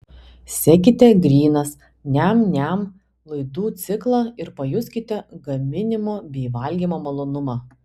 sekite grynas niam niam laidų ciklą ir pajuskite gaminimo bei valgymo malonumą